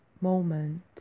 moment